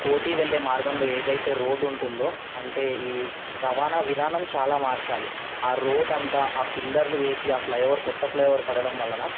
కోటి వెళ్ళే మార్గంలో ఏదైతే రోడ్డు ఉంటుందో అంటే ఈ రవాణా విధానం చాలా మార్చాలి అంతా ఆ పిల్లర్లు వేసి ఆ ఫ్లైఓవర్ కొత్త ఫ్లైఓవర్ పడడం వలన